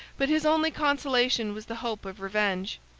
but his only consolation was the hope of revenge.